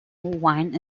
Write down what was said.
wine